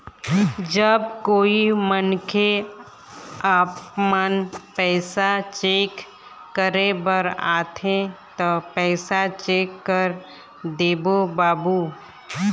जब कोई मनखे आपमन पैसा चेक करे बर आथे ता पैसा चेक कर देबो बाबू?